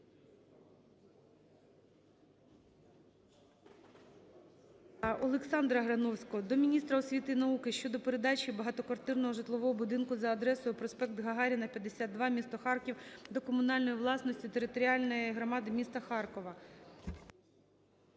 Олександра Грановського до міністра освіти і науки щодо передачі багатоквартирного житлового будинку за адресою: проспект Гагаріна, 52, місто Харків, до комунальної власності територіальної громади міста Харкова.